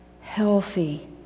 healthy